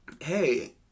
hey